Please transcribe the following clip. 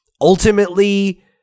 ultimately